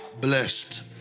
blessed